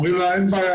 אומרים לה: אין בעיה,